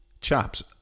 chaps